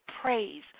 praise